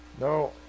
No